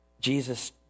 Jesus